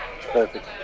Perfect